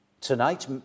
tonight